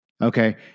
Okay